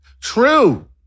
True